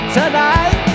tonight